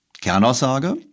Kernaussage